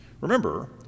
remember